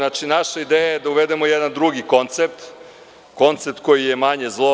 Naša ideja je da uvedemo jedan drugi koncept, koncept koji je manje zlo.